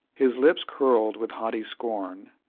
his lips curled with haughty scorn,